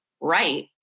right